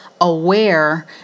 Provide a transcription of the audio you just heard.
aware